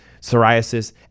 psoriasis